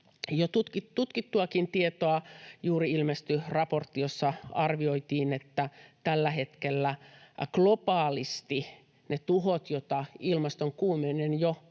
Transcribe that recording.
tutkittuakin tietoa. Juuri ilmestyi raportti, jossa arvioitiin, että tällä hetkellä globaalisti ne tuhot, joita ilmaston kuumeneminen jo